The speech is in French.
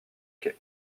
quai